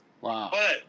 Wow